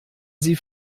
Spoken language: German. sie